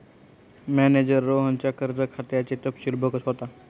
manager रोहनच्या कर्ज खात्याचे तपशील बघत होता